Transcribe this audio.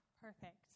Perfect